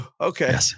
Okay